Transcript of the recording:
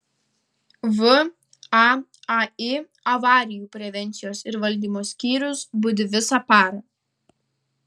vaai avarijų prevencijos ir valdymo skyrius budi visą parą